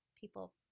people